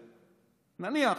נניח,